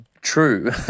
true